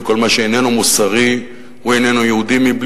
וכל מה שאינו מוסרי הוא אינו יהודי,